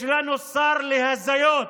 יש לנו שר להזיות,